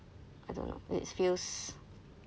I don't know it feels